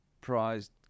prized